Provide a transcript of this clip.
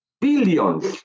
billions